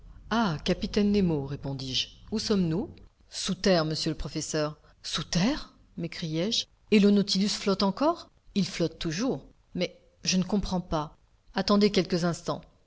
ah capitaine nemo répondis-je où sommes-nous sous terre monsieur le professeur sous terre m'écriai-je et le nautilus flotte encore il flotte toujours mais je ne comprends pas attendez quelques instants